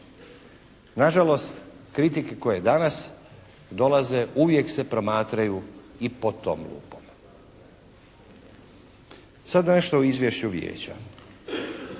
Nažalost, kritike koje danas dolaze uvijek se promatraju i pod tom lupom. Sad nešto o izvješću Vijeća.